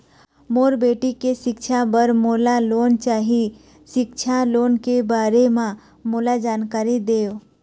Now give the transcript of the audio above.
मोर बेटी के सिक्छा पर मोला लोन चाही सिक्छा लोन के बारे म मोला जानकारी देव?